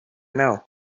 now